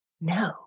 no